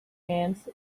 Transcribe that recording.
ants